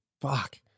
Fuck